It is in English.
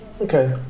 Okay